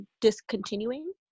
discontinuing